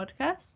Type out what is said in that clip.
podcast